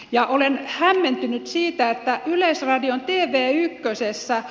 ja olen hämmentynyt siitä että yleisradion tie vei ykkösessä